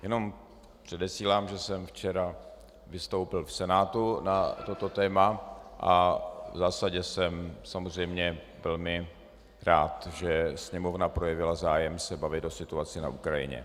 Jenom předesílám, že jsem včera vystoupil v Senátu na toto téma a v zásadě jsem samozřejmě velmi rád, že Sněmovna projevila zájem se bavit o situaci na Ukrajině.